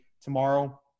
tomorrow